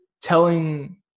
telling